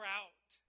out